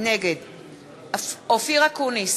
נגד אופיר אקוניס,